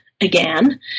again